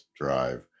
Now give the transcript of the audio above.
Drive